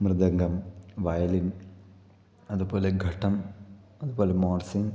mridangam violin അതുപോലെ ഖഠം അതുപോലെ മോർശംഖ്